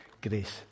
grace